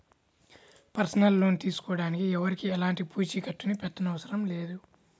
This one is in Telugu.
పర్సనల్ లోన్ తీసుకోడానికి ఎవరికీ ఎలాంటి పూచీకత్తుని పెట్టనవసరం లేదు